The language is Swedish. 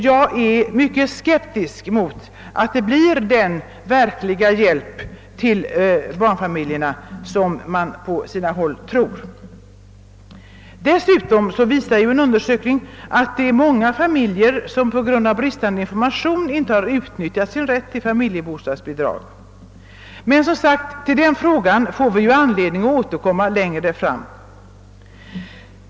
Jag är mycket skeptisk till att detta an: slag blir den verkliga hjälp till barnfamiljerna, som man på sina håll tror. Dessutom visar ju en undersökning, att många familjer på grund av bristande information inte har utnyttjat sin rätt till familjebostadsbidrag. Men, som sagt, till den frågan får vi ju anledning att återkomma längre fram.